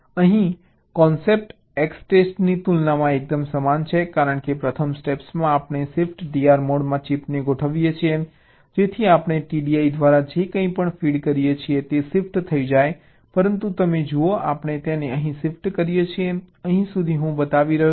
તેથી અહીં concept EXTEST ની તુલનામાં એકદમ સમાન છે કારણ કે પ્રથમ સ્ટેપમાં આપણે શિફ્ટ DR મોડમાં ચિપને ગોઠવીએ છીએ જેથી આપણે TDI દ્વારા જે કંઈ ફીડ કરીએ છીએ તે શિફ્ટ થઈ જાય પરંતુ તમે જુઓ આપણે તેને અહીં શિફ્ટ કરીએ છીએ અહીં સુધી હું બતાવી રહ્યો છું